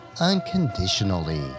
unconditionally